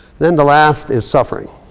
then the last is suffering.